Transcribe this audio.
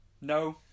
No